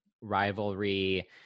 Rivalry